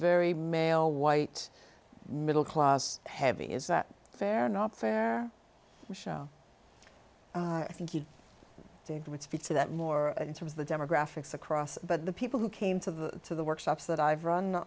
very male white middle class heavy is that fair or not fair michel i think you did would speak to that more in terms of the demographics across but the people who came to the to the workshops that i've run